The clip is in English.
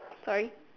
sorry